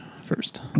first